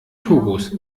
togos